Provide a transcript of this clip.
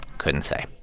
couldn't say